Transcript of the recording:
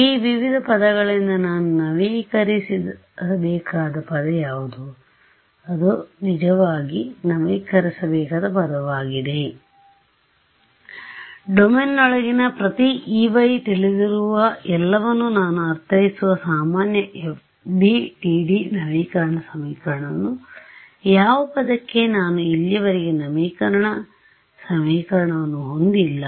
ಈ ವಿವಿಧ ಪದಗಳಿಂದ ನಾನು ನವೀಕರಿಸಬೇಕಾದ ಪದ ಯಾವುದು ಅದು ನನಗೆ ನಿಜವಾಗಿ ನವೀಕರಿಸಬೇಕಾದ ಪದವಾಗಿದೆ ಅದು ನನಗೆ ಗೊತ್ತಿಲ್ಲ ಡೊಮೇನ್ನೊಳಗಿನ ಪ್ರತಿ Ey ತಿಳಿದಿರುವ ಎಲ್ಲವನ್ನು ನಾನು ಅರ್ಥೈಸುವ ಸಾಮಾನ್ಯ FDTD ನವೀಕರಣ ಸಮೀಕರಣವನ್ನು ಯಾವ ಪದಕ್ಕೆ ನಾನು ಇಲ್ಲಿಯವರೆಗೆ ನವೀಕರಣ ಸಮೀಕರಣವನ್ನು ಹೊಂದಿಲ್ಲ